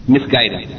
misguided